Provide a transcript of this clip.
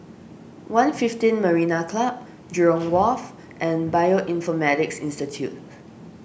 one fifteen Marina Club Jurong Wharf and Bioinformatics Institute